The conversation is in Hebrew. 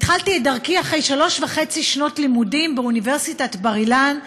התחלתי את דרכי אחרי שלוש וחצי שנות לימודים באוניברסיטת בר אילן.